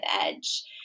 edge